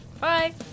Bye